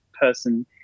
person